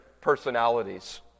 personalities